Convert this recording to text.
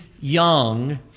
young